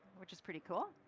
which is pretty cool.